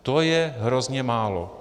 To je hrozně málo.